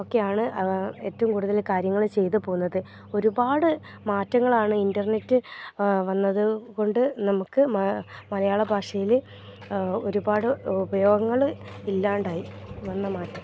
ഒക്കെയാണ് എറ്റവും കൂടുതൽ കാര്യങ്ങൾ ചെയ്തു പോകുന്നത് ഒരുപാട് മാറ്റങ്ങളാണ് ഇൻ്റർനെറ്റ് വന്നതു കൊണ്ട് നമുക്ക് മലയാള ഭാഷയിൽ ഒരുപാട് ഉപയോഗങ്ങൾ ഇല്ലാതെ ആയി വന്ന മാറ്റം